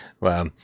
Wow